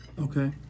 Okay